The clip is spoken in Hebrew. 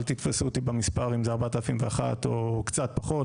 אל תתפסו אותי במספר אם זה 4,001 או קצת פחות,